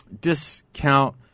discount